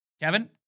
kevin